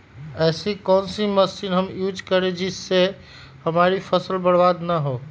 ऐसी कौन सी मशीन हम यूज करें जिससे हमारी फसल बर्बाद ना हो?